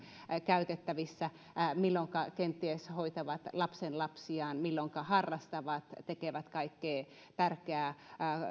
käytettävissä milloinka kenties hoitavat lapsenlapsiaan milloinka harrastavat tekevät kaikkea tärkeää